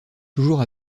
toujours